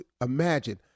imagine